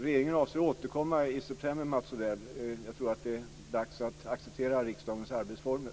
Regeringen avser att återkomma i september, Mats Odell. Jag tror att det är dags att acceptera riksdagens arbetsformer.